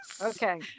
Okay